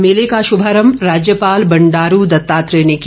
मेले का शुभारंभ राज्यपाल बंडारू दत्तात्रेय ने किया